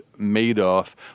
Madoff